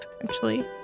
potentially